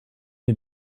you